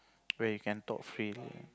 where you can talk freely